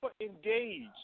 engaged